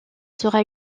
sera